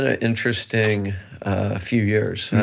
ah interesting a few years.